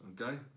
okay